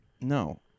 No